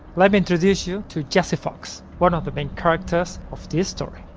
let me introduce you to jesse fox, one of the main characters of this story.